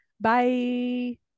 bye